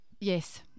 yes